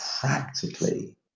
practically